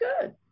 good